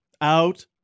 Out